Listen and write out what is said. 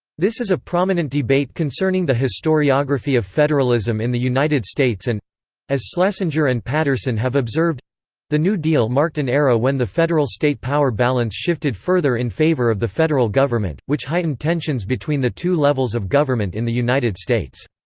this is a prominent debate concerning the historiography of federalism in the united states and as schlesinger and patterson have observed the new deal marked an era when the federal-state power balance shifted further in favor of the federal government, which heightened tensions between the two levels of government in the united states.